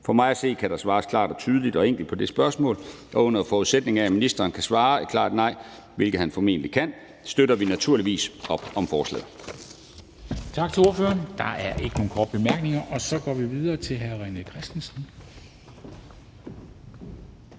For mig at se kan der svares klart og tydeligt og enkelt på det spørgsmål, og under forudsætning af at ministeren kan svare klart nej, hvilket han formentlig kan, støtter vi naturligvis op om forslaget. Kl. 11:04 Formanden (Henrik Dam Kristensen): Tak til ordføreren. Der er ikke nogen korte bemærkninger. Så går vi videre til hr. René Christensen, Dansk